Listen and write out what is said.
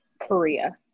Korea